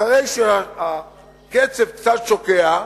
אחרי שהקצף קצת שוקע,